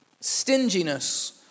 Stinginess